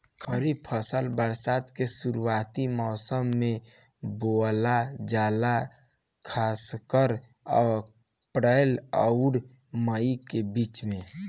खरीफ फसल बरसात के शुरूआती मौसम में बोवल जाला खासकर अप्रैल आउर मई के बीच में